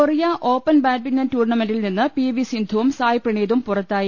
Korea open badminton ടൂർണമെന്റിൽ നിന്ന് P V സിന്ധുവും സായ് പ്രണീതും പുറത്തായി